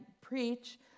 preach